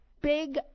big